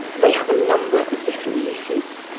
they have a number of different uses.